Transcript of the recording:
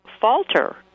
falter